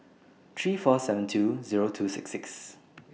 three four seven two Zero two six six